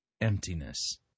emptiness